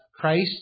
Christ